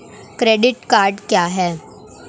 Credit card क्या है?